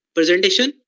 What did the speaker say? Presentation